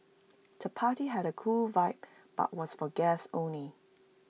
the party had A cool vibe but was for guests only